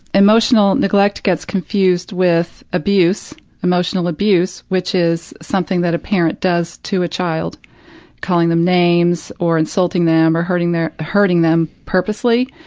emotional neglect gets confused with abuse emotional abuse, which is something that a parent does to a child calling them names, or insulting them, or hurting their hurting them purposely,